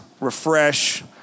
refresh